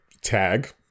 tag